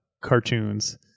cartoons